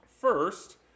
First